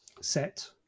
Set